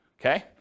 Okay